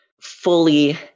fully